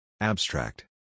Abstract